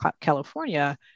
California